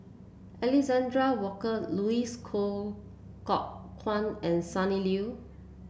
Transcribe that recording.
Alexander Worker Louis Coal Kok Kwang and Sonny Liew